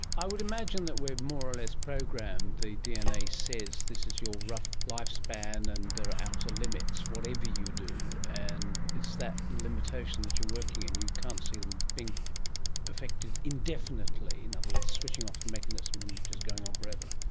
i would imagine that we're more or less programmed, the dna says this is your rough lifespan and there are outer limits, whatever you do, and it's that limitation that you're working in. you can't see them being affected indefinitely? in other words, switching off the mechanism and just going on forever?